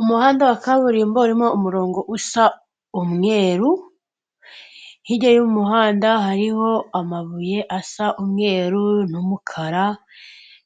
Umuhanda wa kaburimbo urimo umurongo usa umweru, hirya y'umuhanda hariho amabuye asa umweru n'umukara